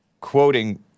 quoting